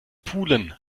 pulen